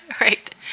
Right